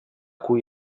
cui